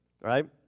right